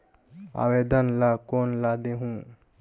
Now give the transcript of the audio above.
आवेदन ला कोन ला देहुं?